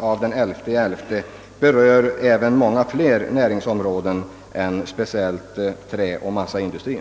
av den 11 november till Kungl. Maj:t — berörs många fler områden än träoch massaindustrien.